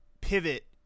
pivot